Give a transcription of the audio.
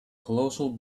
colossal